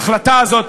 ההחלטה הזאת,